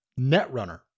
Netrunner